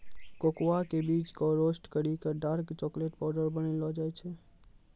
cocoa के बीज कॅ रोस्ट करी क डार्क चाकलेट पाउडर बनैलो जाय छै